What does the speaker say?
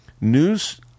news